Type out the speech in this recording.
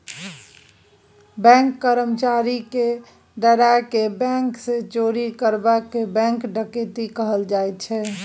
बैंकक कर्मचारी केँ डराए केँ बैंक सँ चोरी करब केँ बैंक डकैती कहल जाइ छै